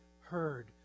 heard